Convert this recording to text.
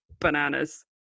bananas